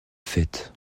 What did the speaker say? fête